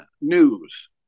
news